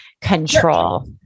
control